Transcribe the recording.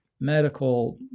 medical